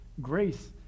Grace